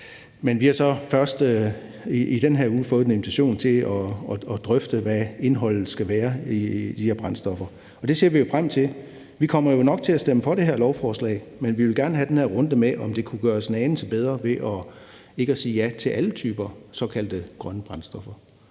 den her uge fået en invitation til at drøfte, hvad indholdet skal være i de her brændstoffer. Det ser vi frem til. Vi kommer nok til at stemme for det her lovforslag, men vi vil gerne have den her runde med, om det kunne gøres en anelse bedre ved ikke at sige ja til alle typer såkaldte grønne brændstoffer.